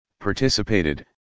participated